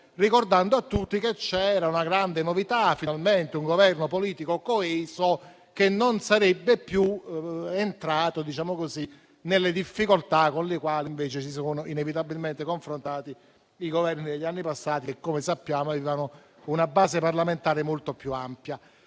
ricordando a tutti che c’era una grande novità, finalmente un Governo politico coeso che non avrebbe più avuto le difficoltà con le quali, invece, si sono inevitabilmente confrontati gli Esecutivi degli anni passati, che, come sappiamo, avevano una base parlamentare molto più ampia.